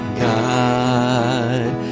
God